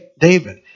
David